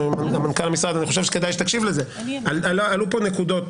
בזמן שיצאת עלו פה נקודות